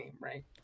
right